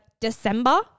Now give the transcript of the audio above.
December